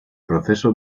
proceso